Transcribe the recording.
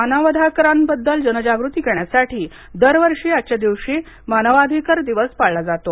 मानवाधिकारांबाबत जनजगृती करण्यासाठी दरवर्षी आजच्या दिवशी मानवाधिकार दिवस पाळला जातो